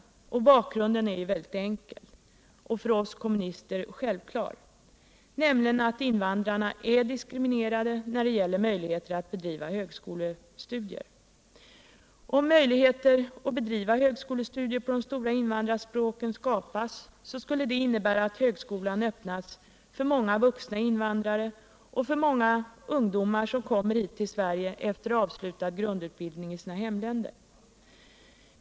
Bakgrunden är mycket enkel och för oss kommunister självklart, nämligen att invandrarna är diskriminerade när det gäller möjligheter att bedriva högskolestudier. Om möjligheter att bedriva högskolestudier på de stora invandrarspråken skapas, skulle detta innebära att högskolan öppnas för många vuxna invandrare och för många ungdomar som kommer hit till Sverige efter avslutad grundutbildning i sina hemländer.